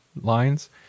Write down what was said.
lines